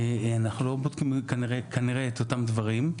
אנחנו כנראה לא בודקים את אותם דברים.